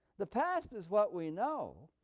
the past is what we know,